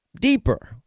deeper